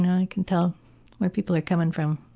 know, can tell where people are coming from,